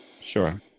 Sure